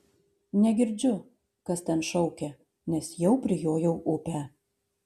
negirdžiu kas ten šaukia nes jau prijojau upę